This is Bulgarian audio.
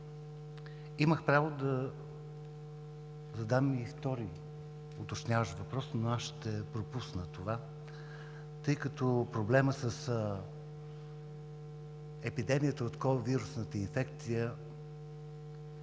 Имах право да задам и втори уточняващ въпрос, но ще пропусна това, тъй като проблемът с епидемията от COVID-вирусната инфекция